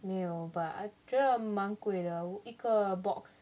没有 but I 觉得蛮贵的一个 box